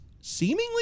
seemingly